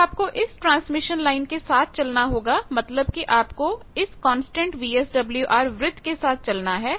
अब आपको इस ट्रांसमिशन लाइन के साथ चलना होगा मतलब कि आप को इस कांस्टेंट VSWR वृत्त के साथ चलना है